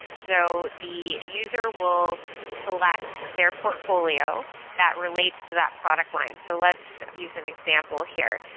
so the user will select their portfolio that relates to that product line. so let's use an example here.